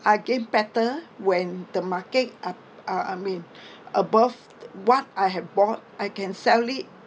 I gain better when the market up uh I mean above the what I have bought I can sell it